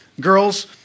girls